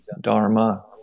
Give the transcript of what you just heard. Dharma